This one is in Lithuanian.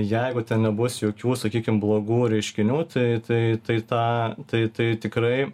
jeigu ten nebus jokių sakykim blogų reiškinių tai tai tai tą tai tai tikrai